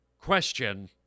question